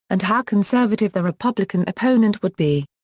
and how conservative the republican opponent would be.